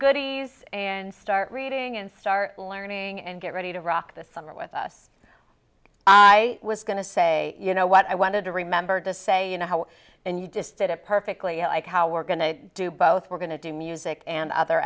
goodies and start reading and start learning and get ready to rock the summer with us i was going to say you know what i wanted to remember to say you know how and you just did it perfectly i like how we're going to do both we're going to do music and other